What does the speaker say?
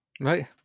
Right